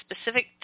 specific